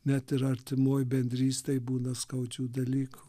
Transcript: net ir artimoj bendrystėj būna skaudžių dalykų